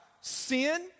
sin